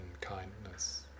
kindness